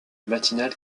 matinale